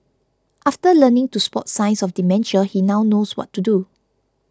after learning to spot signs of dementia he now knows what to do